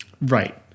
Right